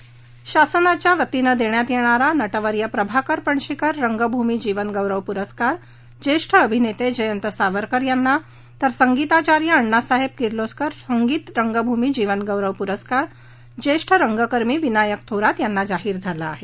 राज्यशासनाच्या वतीनं देण्यात येणारा नटवर्य प्रभाकर पणशीकर रंगभूमी जीवनगौरव पुरस्कार ज्येष्ठ अभिनेते जयंत सावरकर यांना तर संगिताचार्य अण्णासाहेब किर्लोस्कर संगीत रंगभूमी जीवनगौरव पुरस्कार ज्येष्ठ रंगकमी विनायक थोरात यांना जाहीर झाला आहे